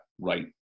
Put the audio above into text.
right